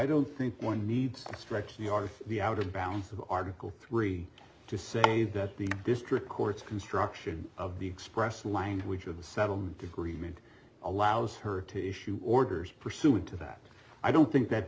don't think one needs to stretch the are the out of bounds of article three to say that the district court's construction of the expressed language of the settlement agreement allows her to issue orders pursuant to that i don't think that